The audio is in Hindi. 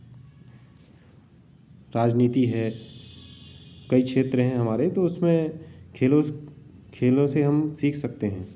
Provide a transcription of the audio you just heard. राजनीति है कई क्षेत्र हैं हमारे तो उसमें खेलों खेलों से हम सीख सकते हैं